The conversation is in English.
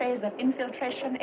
phase of infiltration